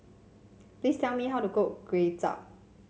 please tell me how to cook Kuay Chap